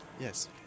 Yes